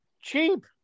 cheap